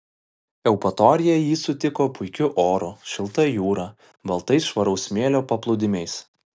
eupatorija jį sutiko puikiu oru šilta jūra baltais švaraus smėlio paplūdimiais